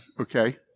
Okay